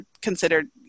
considered